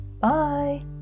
Bye